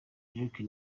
drake